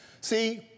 See